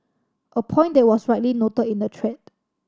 a point that was rightly noted in the thread